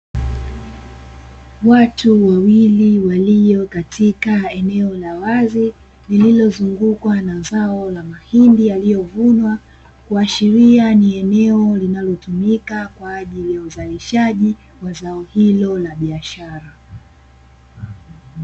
Watu wawili walio katika eneo la wazi, lililozungukwa na zao la mahindi yaliyovunwa, kuashiria ni eneo linalotumika kwa ajili ya uzalishaji wa zao hilo la biashara.